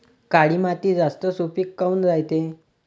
काळी माती जास्त सुपीक काऊन रायते?